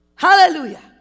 Hallelujah